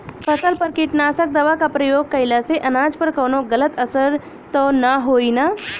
फसल पर कीटनाशक दवा क प्रयोग कइला से अनाज पर कवनो गलत असर त ना होई न?